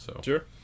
Sure